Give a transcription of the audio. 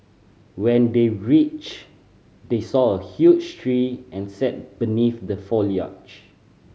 when they reached they saw a huge tree and sat beneath the foliage